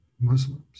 Muslims